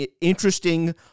interesting